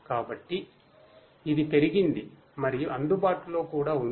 కాబట్టి ఇది పెరిగింది మరియు అందుబాటులో కూడా ఉంది